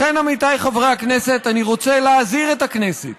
לכן, עמיתיי חברי הכנסת, אני רוצה להזהיר את הכנסת